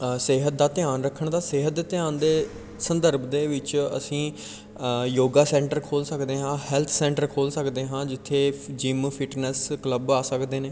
ਸਿਹਤ ਦਾ ਧਿਆਨ ਰੱਖਣ ਦਾ ਸਿਹਤ ਦਾ ਧਿਆਨ ਦੇ ਸੰਦਰਭ ਦੇ ਵਿੱਚ ਅਸੀਂ ਯੋਗਾ ਸੈਂਟਰ ਖੋਲ੍ਹ ਸਕਦੇ ਹਾਂ ਹੈਲਥ ਸੈਂਟਰ ਖੋਲ੍ਹ ਸਕਦੇ ਹਾਂ ਜਿੱਥੇ ਫਿ ਜਿਮ ਫਿਟਨੈਸ ਕਲੱਬ ਆ ਸਕਦੇ ਨੇ